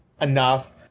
enough